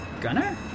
Gunner